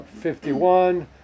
51